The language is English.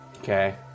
Okay